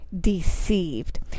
deceived